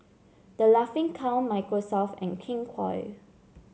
The Laughing Cow Microsoft and King Koil